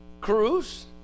cruise